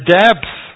depth